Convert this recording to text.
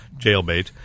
Jailbait